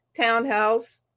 townhouse